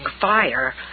fire